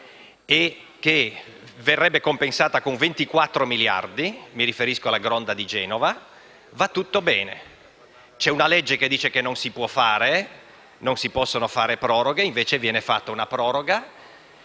e che verrebbe compensata con 24 miliardi (mi riferisco alla Gronda di Ponente a Genova) va tutto bene. C'è una legge che dice che non si può fare e che non si possono fare proroghe, invece viene fatta una proroga